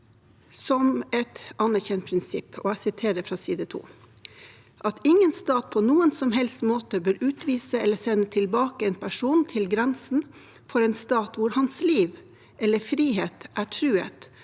som et anerkjent prinsipp, og jeg siterer fra side 2 der det står at «ingen stat på noen som helst måte bør utvise eller sende tilbake en person til grensen for en stat hvor hans liv eller frihet er truet